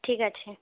ঠিক আছে